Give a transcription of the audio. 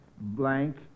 blank